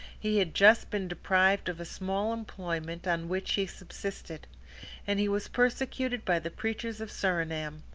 he had just been deprived of a small employment, on which he subsisted and he was persecuted by the preachers of surinam,